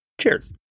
Cheers